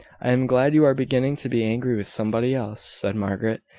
i am glad you are beginning to be angry with somebody else, said margaret.